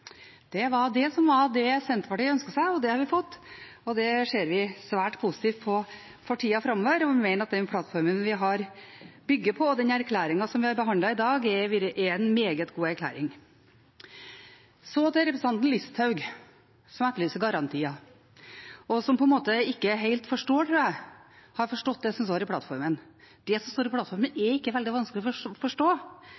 Det var det Senterpartiet ønsket seg. Det har vi fått, og det ser vi svært positivt på for tida framover. Vi mener at den plattformen vi bygger på, og den erklæringen vi har behandlet i dag, er meget gode. Så til representanten Listhaug som etterlyser garantier, og som ikke helt har forstått – tror jeg – det som står i plattformen: Det som står i plattformen,